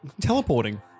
Teleporting